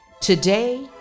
Today